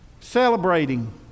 celebrating